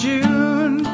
June